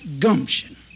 gumption